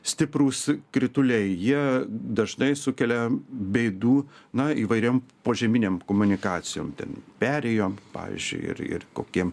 stiprūs krituliai jie dažnai sukelia bėdų na įvairiem požeminėm komunikacijom ten perėjom pavyzdžiui ir ir kokiem